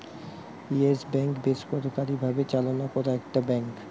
yes Bank বেসরকারি ভাবে চালনা করা একটা ব্যাঙ্ক